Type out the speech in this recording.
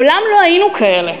מעולם לא היינו כאלה.